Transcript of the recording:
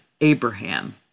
Abraham